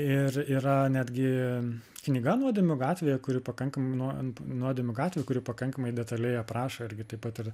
ir yra netgi knyga nuodėmių gatvė kuri pakankamai ant nuodėmių gatvių kurių pakankamai detaliai aprašo irgi taip pat ir